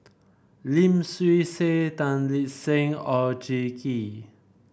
Lim Swee Say Tan Lip Seng Oon Jin Gee